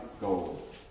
gold